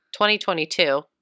2022